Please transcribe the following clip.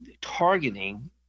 targeting